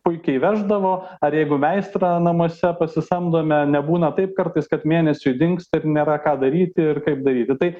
puikiai veždavo ar jeigu meistrą namuose pasisamdome nebūna taip kartais kad mėnesiui dingsta ir nėra ką daryti ir kaip daryti tai